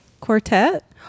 Quartet